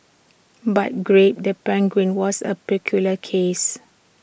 but grape the penguin was A peculiar case